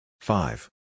five